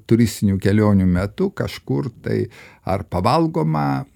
turistinių kelionių metu kažkur tai ar pavalgoma